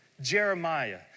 Jeremiah